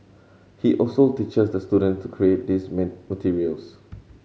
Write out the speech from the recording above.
he also teaches the student to create these materials